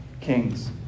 kings